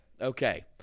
okay